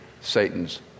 Satan's